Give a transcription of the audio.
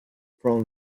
from